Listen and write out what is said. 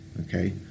Okay